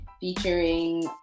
featuring